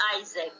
Isaac